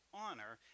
honor